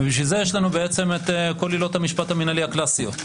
ובשביל זה יש לנו בעצם את כל עילות המשפט המנהלי הקלאסיות.